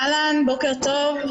בוקר טוב.